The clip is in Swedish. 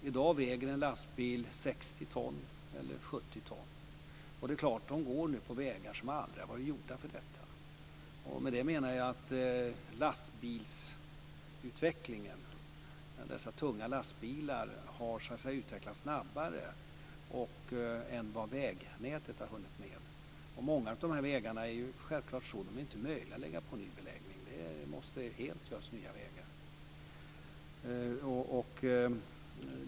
I dag väger en lastbil 60 ton eller 70 ton. De går nu på vägar som aldrig har varit gjorda för detta. Med det menar jag att lastbilsutvecklingen med dessa tunga lastbilar har utvecklats snabbare än vad vägnätet hunnit med. På många av dessa vägar är det självklart inte möjligt att lägga ny beläggning. Det måste göras helt nya vägar.